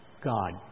God